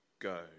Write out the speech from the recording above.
Go